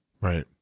Right